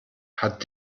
hat